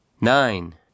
Nine